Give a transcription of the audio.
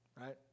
Right